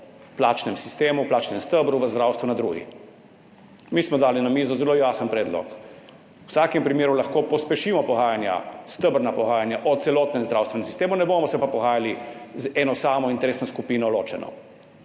plačnem sistemu, plačnem stebru v zdravstvu na drugi. Mi smo dali na mizo zelo jasen predlog: v vsakem primeru lahko pospešimo pogajanja, stebrna pogajanja o celotnem zdravstvenem sistemu, ne bomo se pa pogajali z eno samo interesno skupino ločeno.